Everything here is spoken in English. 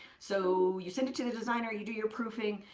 so you send it to the designer, you do your proofing,